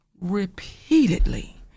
repeatedly